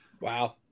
wow